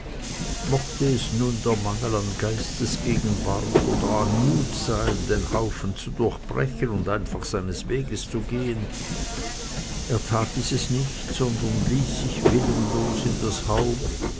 mochte es nun der mangel an geistesgegenwart oder an mut sein den haufen zu durchbrechen und einfach seines weges zu gehen er tat dieses nicht sondern ließ sich willenlos in das haus